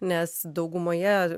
nes daugumoje